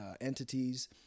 entities